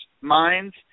minds